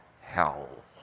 hell